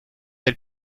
del